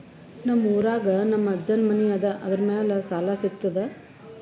ನಮ್ ಊರಾಗ ನಮ್ ಅಜ್ಜನ್ ಮನಿ ಅದ, ಅದರ ಮ್ಯಾಲ ಸಾಲಾ ಸಿಗ್ತದ?